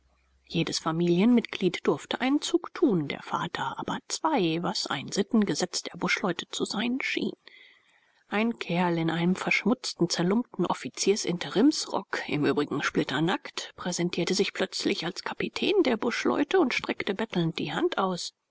jedes familienmitglied durfte einen zug tun der vater aber zwei was ein sittengesetz der buschleute zu sein schien ein kerl in einem verschmutzten zerlumpten offiziersinterimsrock im übrigen splitternackt präsentierte sich plötzlich als kapitän der buschleute und streckte bettelnd die hand aus